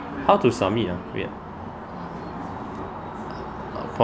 how to submit ah wait ah